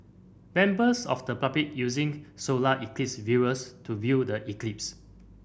members of the public using solar eclipse viewers to view the eclipse